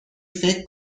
فکر